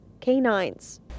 canines